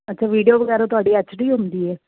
ਅੱਛਾ ਵੀਡੀਓ ਵਗੈਰਾ ਤੁਹਾਡੀ ਐਚਡੀ ਹੁੰਦੀ ਹ